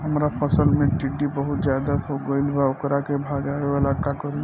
हमरा फसल में टिड्डा बहुत ज्यादा हो गइल बा वोकरा के भागावेला का करी?